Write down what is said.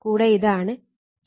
കൂടെ ഇതാണ് ∅m